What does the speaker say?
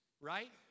right